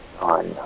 on